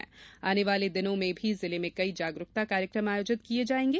ॅआने वाले दिनों मेँ भी जिले में कई जागरुकता कार्यक्रम आयोजित किए जाएंगे